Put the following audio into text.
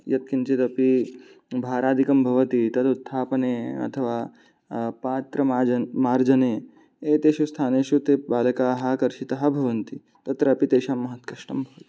यत्किञ्चिदपि भारादिकं भवति तद् उत्थापने अथवा पात्रमाज् मार्जने एतेषु स्थानेषु ते बालकाः कर्षिताः भवन्ति तत्रपि तेषां महत् कष्टम् भवति